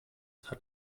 hat